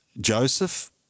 Joseph